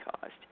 caused